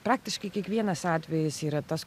praktiškai kiekvienas atvejis yra tas